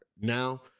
now